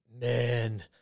man